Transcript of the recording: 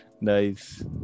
Nice